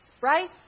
Right